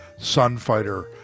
Sunfighter